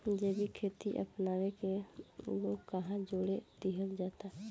जैविक खेती अपनावे के लोग काहे जोड़ दिहल जाता?